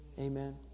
Amen